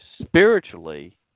spiritually